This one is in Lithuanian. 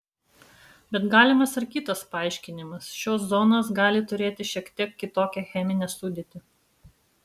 bet galimas ir kitas paaiškinimas šios zonos gali turėti šiek tiek kitokią cheminę sudėtį